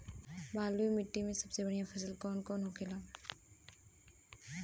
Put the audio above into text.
बलुई मिट्टी में सबसे बढ़ियां फसल कौन कौन होखेला?